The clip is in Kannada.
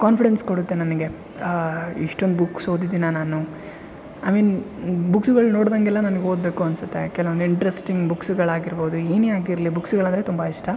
ಕಾನ್ಫಿಡೆನ್ಸ್ ಕೊಡುತ್ತೆ ನನಗೆ ಇಷ್ಟೊಂದು ಬುಕ್ಸ್ ಓದಿದಿನ ನಾನು ಐ ಮೀನ್ ಬುಕ್ಸ್ಗಳು ನೋಡ್ದಂಗೆಲ್ಲ ನನಗ್ ಓದಬೇಕು ಅನಿಸುತ್ತೆ ಕೆಲ್ವೊಂದು ಇಂಟ್ರೆಸ್ಟಿಂಗ್ ಬುಕ್ಸ್ಗಳಾಗಿರ್ಬಹುದು ಏನೇ ಆಗಿರಲಿ ಬುಕ್ಸ್ಗಳಂದರೆ ತುಂಬ ಇಷ್ಟ